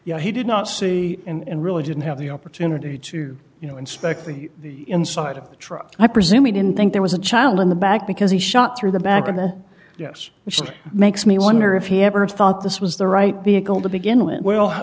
know he did not see and really didn't have the opportunity to you know inspect the inside of the truck i presume we didn't think there was a child in the back because he shot through the back of the yes which makes me wonder if he ever thought this was the right vehicle to begin with well